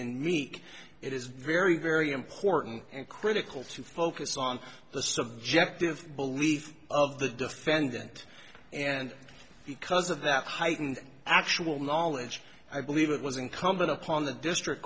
in meek it is very very important and critical to focus on the subjective belief of the defendant and because of that heightened actual knowledge i believe it was incumbent upon the district